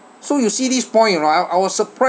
so you see this point ah I was surprised